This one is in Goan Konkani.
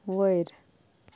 वयर